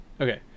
okay